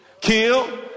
kill